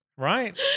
Right